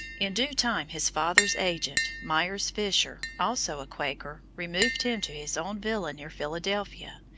in due time his father's agent, miers fisher, also a quaker, removed him to his own villa near philadelphia,